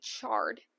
charred